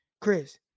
Chris